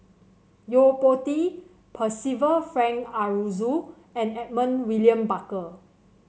Yo Po Tee Percival Frank Aroozoo and Edmund William Barker